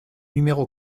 numéro